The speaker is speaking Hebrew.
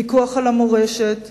ויכוח על המורשת,